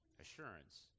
assurance